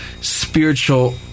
spiritual